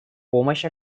помощь